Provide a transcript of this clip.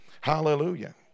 Hallelujah